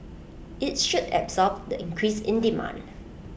IT should absorb the increase in demand